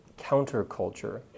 counterculture